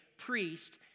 priest